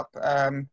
up